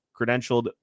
credentialed